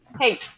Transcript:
hey